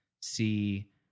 see